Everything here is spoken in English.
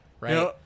right